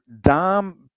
Dom